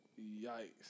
Yikes